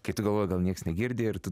kiti galvoja gal nieks negirdi ir tu